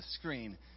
screen